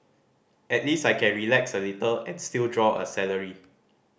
at least I can relax a little and still draw a salary